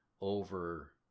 over